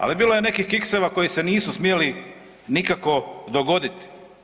Ali bilo je nekih kikseva koji se nisu smjeli nikako dogoditi.